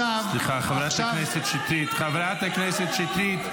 בכל מקרה, עכשיו --- סליחה, חברת הכנסת שטרית.